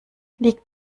liegt